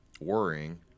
Worrying